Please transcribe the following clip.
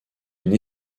une